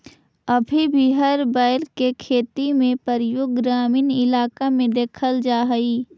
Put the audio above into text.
अभी भी हर बैल के खेती में प्रयोग ग्रामीण इलाक में देखल जा हई